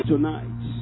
Tonight